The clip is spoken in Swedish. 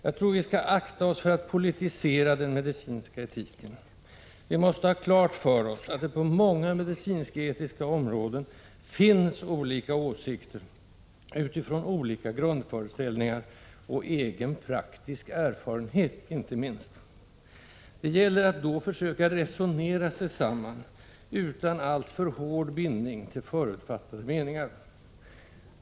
Jag tror att vi skall akta oss för att politisera den medicinska etiken. Vi måste ha klart för oss att det på många medicinsk-etiska områden finns olika åsikter utifrån olika grundföreställningar, och egen praktisk erfarenhet inte minst. Det gäller då att försöka resonera sig samman utan alltför hård bindning till förutfattade meningar.